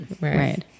right